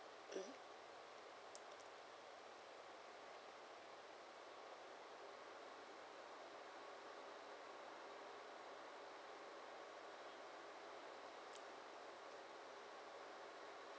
mm